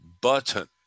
button